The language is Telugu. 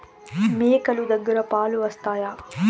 మేక లు దగ్గర పాలు వస్తాయా?